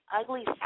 ugly